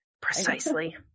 Precisely